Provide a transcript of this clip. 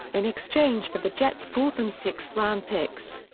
in exchange for the jets' fourth and sixth round picks.